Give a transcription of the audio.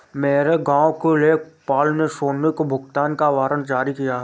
मेरे गांव के लेखपाल ने सोनी को भुगतान का वारंट जारी किया